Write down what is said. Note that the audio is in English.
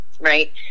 right